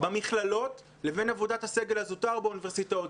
במכללות לבין עבודת הסגל הזוטר באוניברסיטאות.